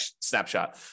snapshot